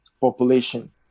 population